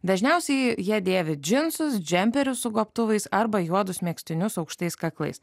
dažniausiai jie dėvi džinsus džemperius su gobtuvais arba juodus megztinius aukštais kaklais